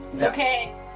Okay